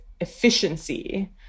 efficiency